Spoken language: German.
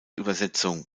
übersetzung